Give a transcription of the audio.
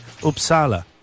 Uppsala